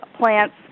plants